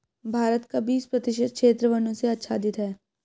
भारत का बीस प्रतिशत क्षेत्र वनों से आच्छादित है